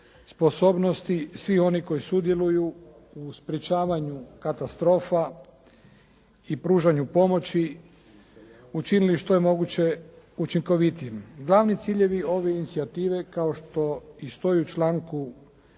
sposobnosti svih onih koji sudjeluju u sprečavanju katastrofa i pružanju pomoći učinili što je moguće učinkovitijim. Glavni ciljevi ove inicijative kao što i stoji u članku